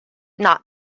not